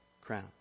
crown